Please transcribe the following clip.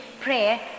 prayer